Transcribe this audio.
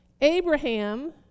Abraham